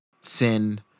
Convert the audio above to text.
Sin